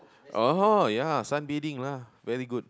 orh ya sunbathing lah very good